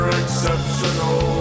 exceptional